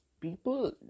people